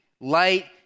light